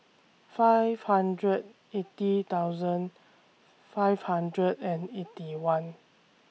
five hundred eighty thousand five hundred and Eighty One